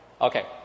Okay